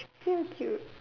thank you